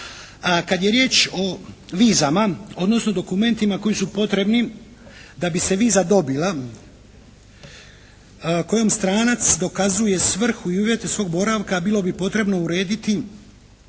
Kad je riječ o vizama, odnosno dokumentima koji su potrebni da bi se viza dobila kojom stranac dokazuje svrhu i uvjete svog boravka bilo bi potrebno urediti